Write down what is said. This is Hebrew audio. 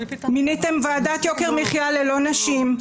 מיניתם ועדת יוקר מחיה ללא נשים,